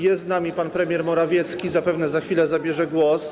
Jest z nami pan premier Morawiecki, zapewne za chwilę zabierze głos.